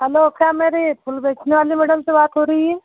hello क्या मेरी फूल बेचने वाली मेडम से बात हो रही है